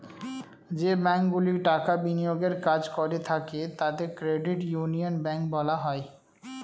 যে ব্যাঙ্কগুলি টাকা বিনিয়োগের কাজ করে থাকে তাদের ক্রেডিট ইউনিয়ন ব্যাঙ্ক বলা হয়